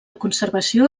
conservació